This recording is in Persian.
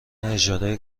اجاره